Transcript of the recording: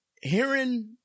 hearing